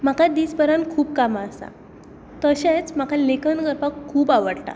म्हाका दिसभरान खूब कामां आसा तशेंच म्हाका लेखन करपाक खूख आवडटा